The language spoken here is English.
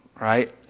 right